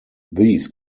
these